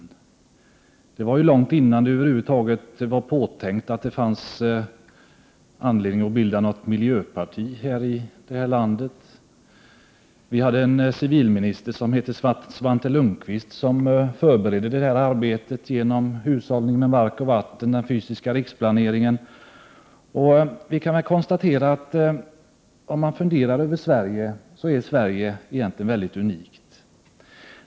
Det var ju långt innan bildandet av något miljöparti här i landet var påtänkt. Vi hade en civilminister som hette Svante Lundkvist och som förberedde detta arbete genom hushållningen med mark och vatten i samband med den fysiska riksplaneringen. Sverige är egentligen unikt.